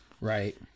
Right